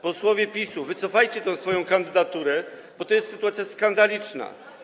Posłowie PiS-u, wycofajcie tę swoją kandydaturę, bo to jest sytuacja skandaliczna.